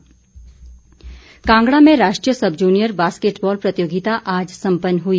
बास्के टबॉ ल कांगड़ा में राष्ट्रीय सब जूनियर बास्केटबॉल प्रतियोगिता आज सम्पन्न हुई